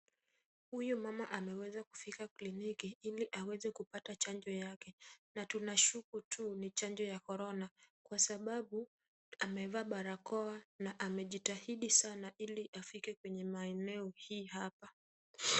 Huyu mama ameweza kufika kliniki ili aweze kupata chanjo yake na tunashuku tu ni chanjo ya korona, kwa sababu amevaa barakoa na amejitahidi sana ili afike kwenye maeneo hii hapa.